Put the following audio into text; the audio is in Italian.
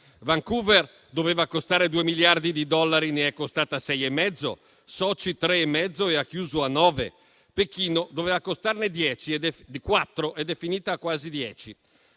Vancouver doveva costare 2 miliardi di dollari e ne è costata 6,5; Sochi 3,5 ed ha chiuso a 9; Pechino doveva costare 4 miliardi ed è finita quasi a 10.